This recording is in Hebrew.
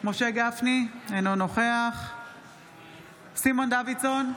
משה גפני, אינו נוכח סימון דוידסון,